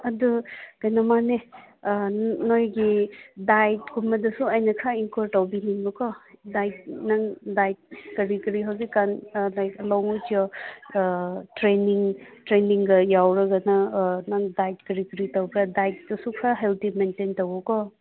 ꯑꯗꯨ ꯀꯩꯅꯣꯃꯅꯦ ꯅꯣꯏꯒꯤ ꯗꯥꯏꯠ ꯀꯨꯝꯕꯗꯁꯨ ꯑꯩꯅ ꯈꯔ ꯏꯟꯀ꯭ꯋꯥꯔ ꯇꯧꯕꯤꯅꯤꯡꯕꯀꯣ ꯗꯥꯏꯠ ꯅꯪ ꯗꯥꯏꯠ ꯀꯔꯤ ꯀꯔꯤ ꯍꯧꯖꯤꯛ can like along with your training ꯇ꯭ꯔꯦꯅꯤꯡꯒ ꯌꯥꯎꯔꯒꯅ ꯅꯪꯒꯤ ꯗꯥꯏꯠ ꯀꯔꯤ ꯀꯔꯤ ꯇꯧꯕ꯭ꯔꯥ ꯗꯥꯏꯠ ꯗꯥꯏꯠꯇꯨꯁꯨ ꯈꯔ ꯍꯦꯜꯗꯤ ꯃꯦꯟꯇꯦꯟ ꯇꯧꯋꯣꯀꯣ